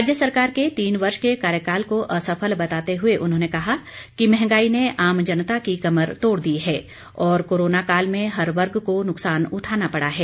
राज्य सरकार के तीन वर्ष के कार्यकाल को असफल बताते हुए उन्होंने कहा कि महंगाई ने आम जनता की कमर तोड़ दी है और कोरोना काल में हर वर्ग को नुकसान उठाना पड़ा है